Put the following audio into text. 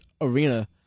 arena